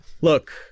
Look